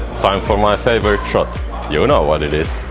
time for my favorite shot you know what it is